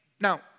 now